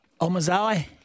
Omazai